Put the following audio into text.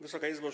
Wysoka Izbo!